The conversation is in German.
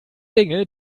dinge